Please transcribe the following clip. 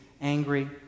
angry